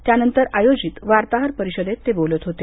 त्यानंतर आयोजित वार्ताहर परिषदेत ते बोलत होते